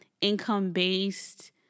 income-based